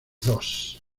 dos